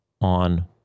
on